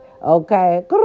Okay